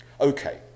Okay